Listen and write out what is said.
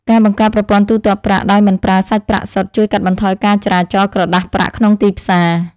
ការបង្កើតប្រព័ន្ធទូទាត់ប្រាក់ដោយមិនប្រើសាច់ប្រាក់សុទ្ធជួយកាត់បន្ថយការចរាចរណ៍ក្រដាសប្រាក់ក្នុងទីផ្សារ។